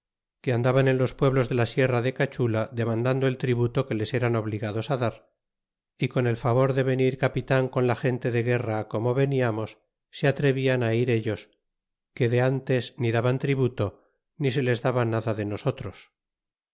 que andaban en los pueblos de la sierra de cachula demandando el tributo que les eran obligados a dar y con el favor de venir capitan con la gente de guerra como veniamos se atrevian ir ellos que de antes ni daban tributo ni se les daba nada de nosotros